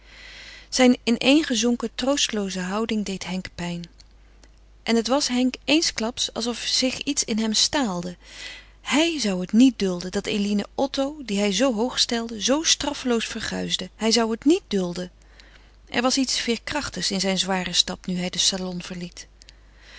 zijn ineengezonken troostelooze houding deed henk pijn en het was henk eensklaps alsof zich iets in hem staalde hij zou het niet dulden dat eline otto dien hij zoo hoog stelde zoo straffeloos verguisde hij zou het niet dulden er was iets veêrkrachtigs in zijn zwaren stap nu hij den salon verliet